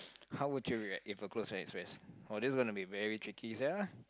how would react if a close friend express !wah! this is going to be very tricky sia